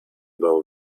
about